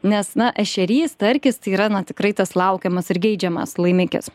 nes na ešerys starkis tai yra na tikrai tas laukiamas ir geidžiamas laimikis